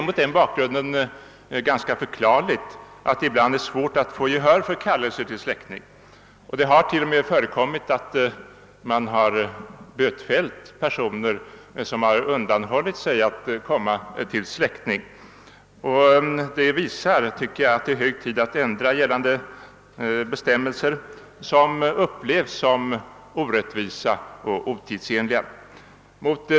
Mot den bakgrunden är det förklarligt att det kan vara rätt svårt att vinna gehör vid kallelse till släckning, och det har t.o.m. förekommit att man bötfällt personer som underlåtit att infinna sig. Detta visar enligt min mening att det är hög tid att ändra gällande bestämmelser som upplevs som orättvisa och otidsenliga.